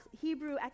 Hebrew